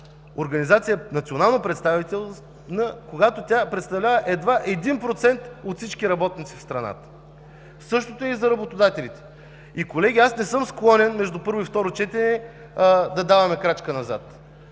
организация е национално представителна, когато представлява едва 1% от всички работници в страната? Същото е и за работодателите. Колеги, не съм склонен между първо и второ четене да даваме крачка назад.